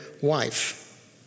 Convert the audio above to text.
wife